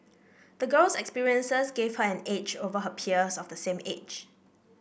the girl's experiences gave her an edge over her peers of the same age